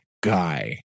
guy